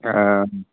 ആ